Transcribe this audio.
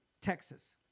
Texas